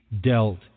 dealt